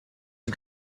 die